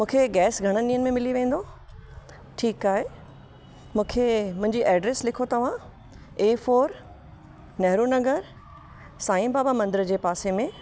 मूंखे गैस घणनि ॾींहंनि में मिली वेंदो ठीकु आहे मूंखे मुंहिंजी एड्रेस लिखो तव्हां ए फोर नेहरु नगर साईं बाबा मंदर जे पासे में